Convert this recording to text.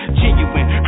genuine